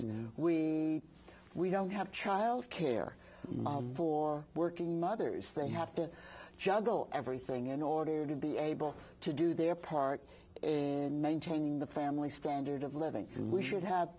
and we we don't have child care for working mothers they have to juggle everything in order to be able to do their part in maintaining the family standard of living we should have